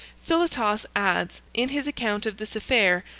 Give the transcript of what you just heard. philotas adds, in his account of this affair,